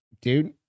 dude